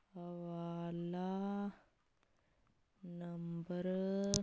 ਹਵਾਲਾ ਨੰਬਰ